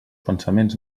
pensaments